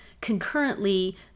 concurrently